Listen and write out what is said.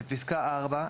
בפסקה (4),